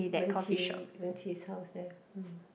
Wen-Qi Wen-Qi's house there hmm